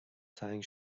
تنگ